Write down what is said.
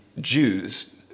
Jews